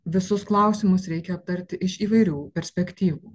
visus klausimus reikia aptarti iš įvairių perspektyvų